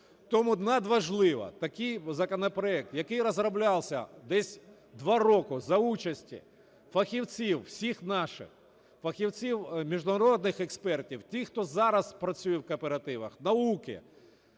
Тому надважливо такий законопроект, який розроблявся десь 2 роки за участі фахівців всіх наших, фахівців – міжнародних експертів, тих, хто зараз працює в кооперативах, науки,